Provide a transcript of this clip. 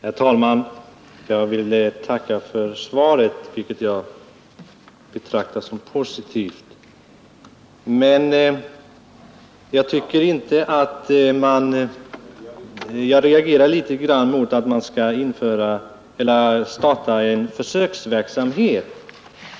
Herr talman! Jag vill tacka för svaret, vilket jag betraktar som positivt. Men jag reagerar litet mot att man skall starta en försöksverksamhet.